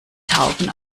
tauben